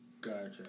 Gotcha